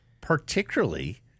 particularly